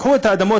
לקחו את האדמות,